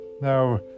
Now